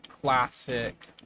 classic